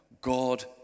God